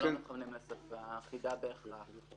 אנחנו לא מכוונים לשפה אחידה ברשויות המקומיות.